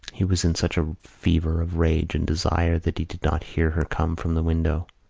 he was in such a fever of rage and desire that he did not hear her come from the window.